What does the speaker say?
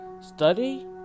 Study